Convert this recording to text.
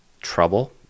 trouble